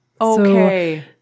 Okay